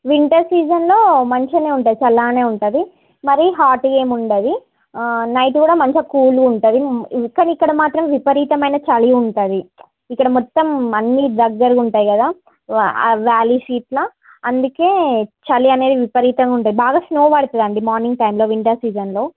winter సీజన్లో మంచిగనే ఉంటుంది చల్లగానే ఉంటుంది మరీ హాట్గా ఏమి ఉండదు నైట్ కూడా మంచిగా కూల్గుంటది కాని ఇక్కడ మాత్రం విపరీతమైన చలి ఉంటుంది ఇక్కడ మొత్తం అన్నీ దగ్గర ఉంటాయి కదా ఆ వ్యాలీస్ ఇట్లా అందుకే చలి అనేది విపరీతంగా ఉంటుంది బాగా స్నో పడుతుందండి మార్నింగ్ టైంలో వింటర్ సీజన్లో